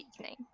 evening